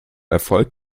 erfolg